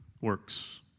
works